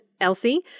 Elsie